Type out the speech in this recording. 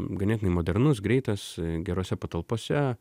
ganėtinai modernus greitas gerose patalpose